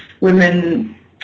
women